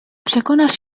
przekonasz